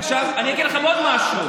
עכשיו, אני אגיד לכם עוד משהו.